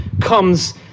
comes